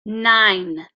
nine